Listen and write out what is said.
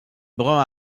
brun